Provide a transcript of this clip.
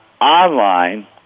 Online